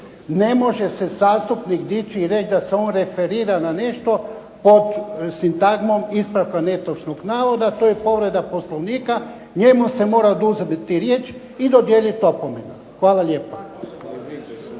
Ne može se zastupnici dići i reći da se on referira na nešto pod sintagmom netočnog navoda to je povreda Poslovnika, njemu se mora oduzeti riječ i dodijeliti opomena. Hvala lijepa.